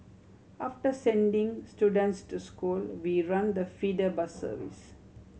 after sending students to school we run the feeder bus service